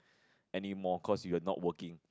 anymore cause you are not working